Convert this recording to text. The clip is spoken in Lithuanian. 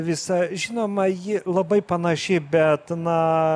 visa žinoma ji labai panaši bet na